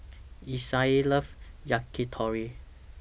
Isaiah loves Yakitori